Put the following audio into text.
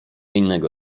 innego